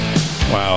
Wow